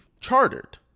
chartered